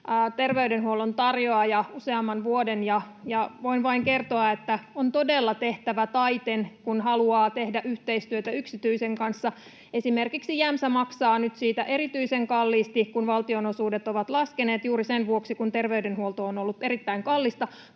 terveydenhuollon tarjoaja useamman vuoden, ja voin vain kertoa, että on todella tehtävä taiten, kun haluaa tehdä yhteistyötä yksityisen kanssa. Esimerkiksi Jämsä maksaa nyt siitä erityisen kalliisti, kun valtionosuudet ovat laskeneet juuri sen vuoksi, kun terveydenhuolto on ollut erittäin kallista